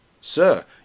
Sir